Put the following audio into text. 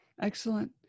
Excellent